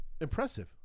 impressive